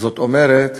זאת אומרת,